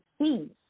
see